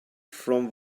from